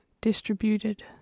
distributed